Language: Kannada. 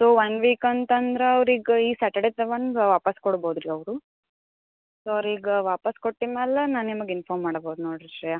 ಸೋ ಒನ್ ವೀಕ್ ಅಂತಂದ್ರೆ ಅವ್ರಿಗೆ ಈ ಸಾಟರ್ಡೆ ತಗೊಂಡು ವಾಪಸ್ಸು ಕೊಡ್ಬೋದು ರೀ ಅವರು ಸೋ ಅವ್ರು ಈಗ ವಾಪಸ್ಸು ಕೊಟ್ಟಿದ್ದ ಮೇಲೆ ನಾನು ನಿಮ್ಗೆ ಇನ್ಫೋರ್ಮ್ ಮಾಡ್ಬೋದು ನೋಡಿರಿ ಶ್ರೇಯ